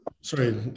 sorry